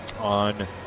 on